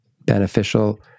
beneficial